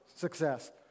success